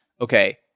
okay